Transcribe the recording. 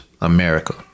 America